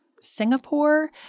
Singapore